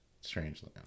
Strangely